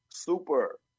super